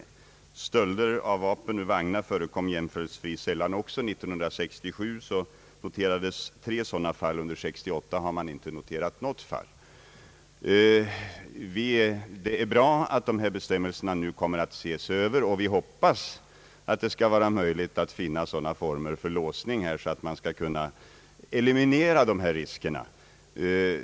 Stölder av vapen ur järnvägsvagnar inträffar jämförelsevis sällan. 1967 noterades tre sådana fall, och under 1968 har man inte noterat något. Det är bra att bestämmelserna nu kommer att ses över, och vi hoppas att det skall vara möjligt att finna sådana former för låsning att riskerna skall kunna elimineras.